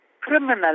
criminal